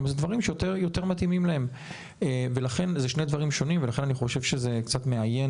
אלה שני דברים שונים, ולכן אני חושב שזה קצת מאיין